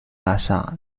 大厦